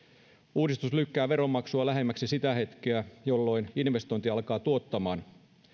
uudistus lykkää veronmaksua lähemmäksi sitä hetkeä jolloin investointi alkaa tuottamaan